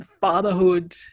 fatherhood